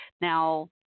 Now